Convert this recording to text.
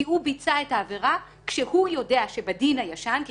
כי הוא ביצע את העבירה כשהוא יודע שבדין הישן כי